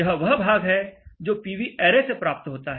यह वह भाग है जो पीवी ऐरे से प्राप्त होता है